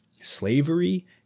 slavery